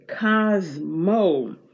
cosmo